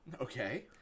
Okay